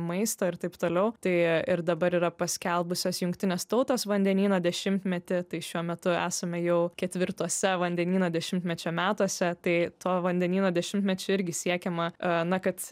maisto ir taip toliau tai ir dabar yra paskelbusios jungtinės tautos vandenyno dešimtmetį tai šiuo metu esame jau ketvirtuose vandenyno dešimtmečio metuose tai to vandenyno dešimtmečiu irgi siekiama a na kad